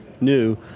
new